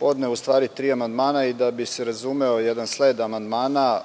podneo tri amandmana i da bi se razumeo jedan sled amandmana,